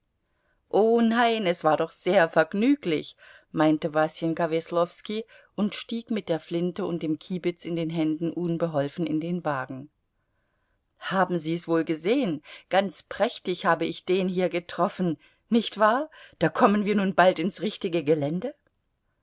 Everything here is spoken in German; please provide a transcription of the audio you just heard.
o nein es war doch sehr vergnüglich meinte wasenka weslowski und stieg mit der flinte und dem kiebitz in den händen unbeholfen in den wagen haben sie es wohl gesehen ganz prächtig habe ich den hier getroffen nicht wahr na kommen wir nun bald ins richtige gelände